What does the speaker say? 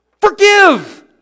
forgive